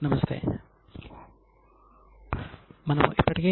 నమస్తే